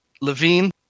Levine